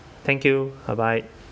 thank you bye bye